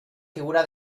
figura